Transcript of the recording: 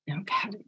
Okay